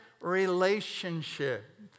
relationship